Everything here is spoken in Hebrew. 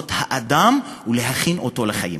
לבנות את האדם ולהכין אותו לחיים.